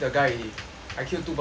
I killed two person